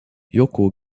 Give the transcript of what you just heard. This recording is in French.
yoko